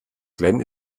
glenn